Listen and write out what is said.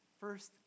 first